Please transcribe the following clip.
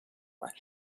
door